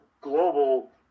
global